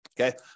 Okay